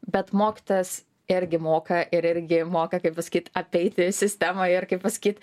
bet mokytojas irgi moka ir irgi moka kaip pasakyt apeiti sistemą ir kaip pasakyt